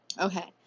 okay